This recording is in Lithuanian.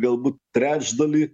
galbūt trečdalį